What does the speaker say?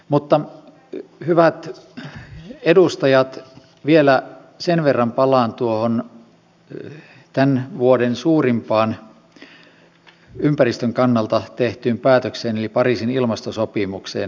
mutta hyvät edustajat vielä palaan tuohon tämän vuoden suurimpaan ympäristön kannalta tehtyyn päätökseen eli pariisin ilmastosopimukseen